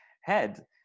head